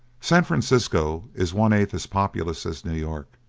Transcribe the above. san francisco is one-eighth as populous as new york